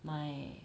my